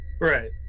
Right